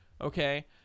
okay